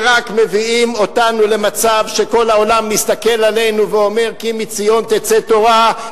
ורק מביאות אותנו למצב שכל העולם מסתכל עלינו ואומר: כי מציון תצא תורה,